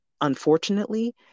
unfortunately